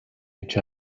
each